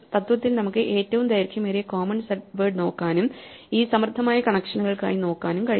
തത്വത്തിൽ നമുക്ക് ഏറ്റവും ദൈർഘ്യമേറിയ കോമൺ സബ്വേഡ് നോക്കാനും ഈ സമർഥമായ കണക്ഷനുകൾക്കായി നോക്കാനും കഴിയും